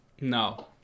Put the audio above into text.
No